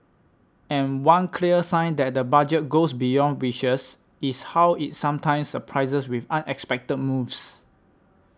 and one clear sign that the Budget goes beyond wishes is how it sometimes surprises with unexpected moves